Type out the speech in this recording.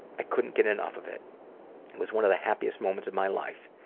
i couldn't get enough of it. it was one of the happiest moments of my life.